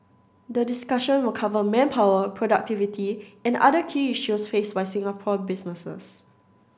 the discussion will cover manpower productivity and other key issues faced by Singapore businesses